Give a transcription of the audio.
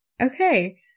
Okay